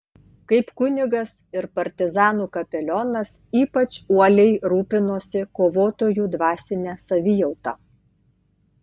kaip kunigas ir partizanų kapelionas ypač uoliai rūpinosi kovotojų dvasine savijauta